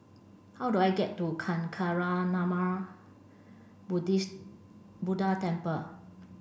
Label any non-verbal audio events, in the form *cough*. how do I get to Kancanarama *unintelligible* Buddha Temple